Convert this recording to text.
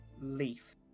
leaf